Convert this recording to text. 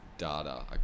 data